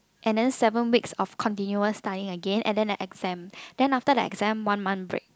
and then seven weeks of continuous studying again and then the exam then after the exam one month break